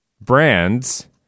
brands